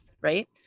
right